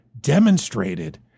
demonstrated